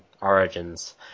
Origins